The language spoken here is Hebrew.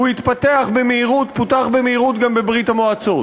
הוא פותח במהירות גם בברית-המועצות,